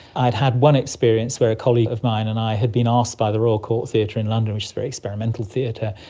i'd had one experience where a colleague of mine and i had been asked by the royal court theatre in london, which is a very experimental theatre,